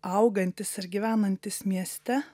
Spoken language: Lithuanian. augantys ir gyvenantys mieste